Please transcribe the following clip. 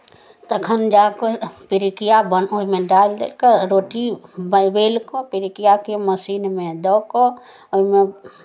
तखन जा कऽ पिरुकिया बन ओहिमे डालि दऽ कऽ रोटी बे बेलि कऽ पिरुकियाकेँ मशीनमे दऽ कऽ ओहिमे